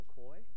McCoy